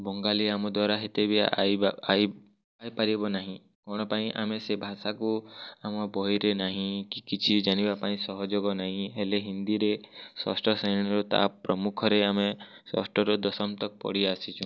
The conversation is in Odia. ବଙ୍ଗାଳୀ ଆମ ଦ୍ଵାରା ହେତେ ବି ଆଇବା ଆଇ ପାରିବ ନାହିଁ କ'ଣ ପାଇଁ ଆମେ ସେ ଭାଷାକୁ ଆମ ବହିରେ ନାହିଁ କି କିଛି ଜାଣିବା ପାଇଁ ସହଯୋଗ ନାଇଁ ହେଲେ ହିନ୍ଦୀରେ ଷଷ୍ଠ ଶ୍ରେଣୀରୁ ତା' ପ୍ରମୁଖରେ ଆମେ ଷଷ୍ଠରୁ ଦଶମ ତକ ପଢ଼ି ଆସିଛୁଁ